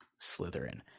Slytherin